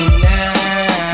now